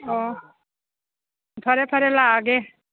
ꯑꯣ ꯐꯔꯦ ꯐꯔꯦ ꯂꯥꯛꯑꯒꯦ